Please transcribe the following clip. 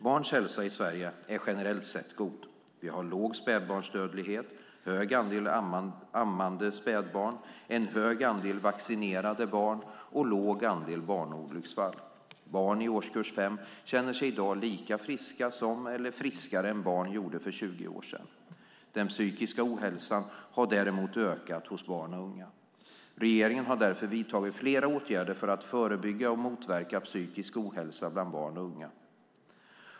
Barns hälsa i Sverige är generellt sett god. Vi har låg spädbarnsdödlighet, hög andel ammande spädbarn, hög andel vaccinerade barn och låg andel barnolycksfall. Barn i årskurs 5 känner sig i dag lika friska som eller friskare än barn gjorde för 20 år sedan. Den psykiska ohälsan har däremot ökat hos barn och unga. Regeringen har därför vidtagit flera åtgärder för att förebygga och motverka psykisk ohälsa bland barn och unga.